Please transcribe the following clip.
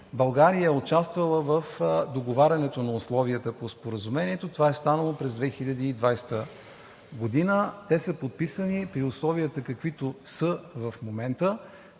България е участвала в договарянето на условията по Споразумението. Това е станало през 2020 г. Те са подписани при условията, които са и в момента.